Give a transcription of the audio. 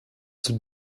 zur